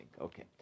Okay